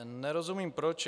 Nerozumím proč.